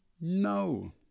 No